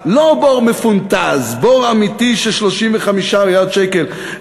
לא בור מפונטז, בור אמיתי של 35 מיליארד שקל.